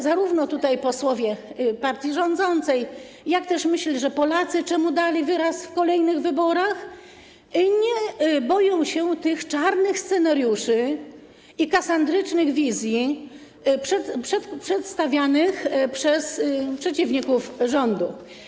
Zarówno posłowie partii rządzącej, jak też myśl, że Polacy - czemu dali wyraz w kolejnych wyborach - nie boją się tych czarnych scenariuszy i kasandrycznych wizji przedstawianych przez przeciwników rządu.